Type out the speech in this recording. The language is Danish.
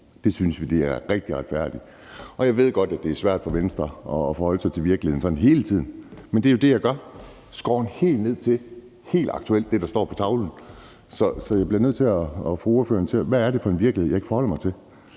Det synes vi er rigtig retfærdigt. Og jeg ved godt, det er svært for Venstre at forholde sig til virkeligheden sådan hele tiden, men det er det, jeg gør, skåret helt ned, helt aktuelt, til det, der står på tavlen. Så jeg bliver nødt til at få ordføreren til at svare på, hvad det er for en virkelighed, jeg ikke forholder mig til.